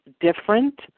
different